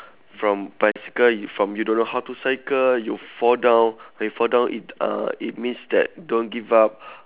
from bicycle y~ from you don't know how to cycle you fall down by fall down it uh it means that don't give up